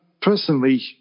personally